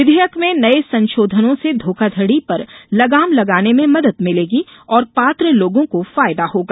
विधेयक में नये संशोधनों से धोखाधडी पर लगाम लगाने में मदद मिलेगी और पात्र लोगों को फायदा होगा